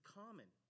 common